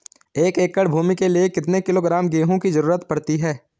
एक एकड़ भूमि के लिए कितने किलोग्राम गेहूँ की जरूरत पड़ती है?